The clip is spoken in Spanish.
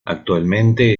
actualmente